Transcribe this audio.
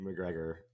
McGregor